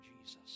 Jesus